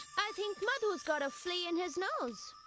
i think madhu has got a flea in his nose.